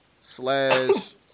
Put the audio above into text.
slash